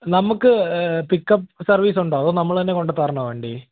നമുക്ക് pickup service ഉണ്ടോ അതോ നമ്മൾ തന്നെ കൊണ്ട് തരണോ വണ്ടി